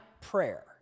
prayer